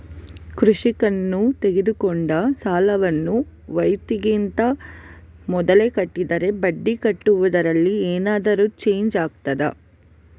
ಕೃಷಿಕನು ತೆಗೆದುಕೊಂಡ ಸಾಲವನ್ನು ವಾಯಿದೆಗಿಂತ ಮೊದಲೇ ಕಟ್ಟಿದರೆ ಬಡ್ಡಿ ಕಟ್ಟುವುದರಲ್ಲಿ ಏನಾದರೂ ಚೇಂಜ್ ಆಗ್ತದಾ?